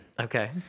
okay